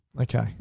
Okay